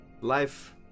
life